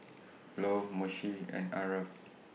Flo Moshe and Aarav